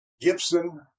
Gibson